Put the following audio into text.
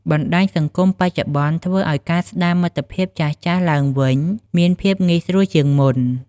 បណ្ដាញសង្គមបច្ចុប្បន្នធ្វើឱ្យការស្ដារមិត្តភាពចាស់ៗឡើងវិញមានភាពងាយស្រួលជាងមុន។